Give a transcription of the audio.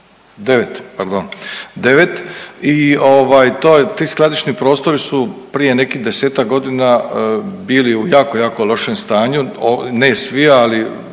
9 pardon, 9 i ti skladišni prostori su prije nekih desetak godina bili u jako, jako lošem stanju. Ne svi, ali